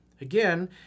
Again